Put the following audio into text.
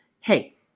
hey